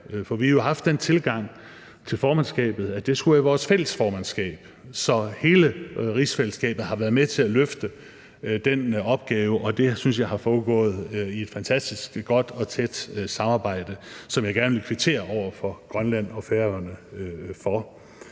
Vi har jo haft den tilgang til formandskabet, at det skulle være vores fælles formandskab, så hele rigsfællesskabet har været med til at løfte den opgave, og det syntes jeg har foregået i et fantastisk godt og tæt samarbejde, som jeg gerne vil kvittere over for Grønland og Færøerne for.